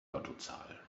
lottozahlen